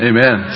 Amen